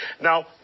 Now